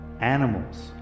animals